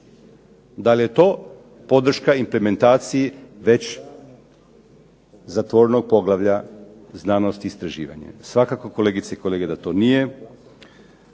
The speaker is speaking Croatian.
Da li je to podrška implementaciji već zatvorenog poglavlja znanost i istraživanje? Svakako kolegice i kolege da to nije.